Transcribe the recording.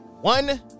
one